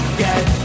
get